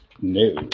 No